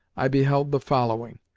i beheld the following